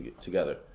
together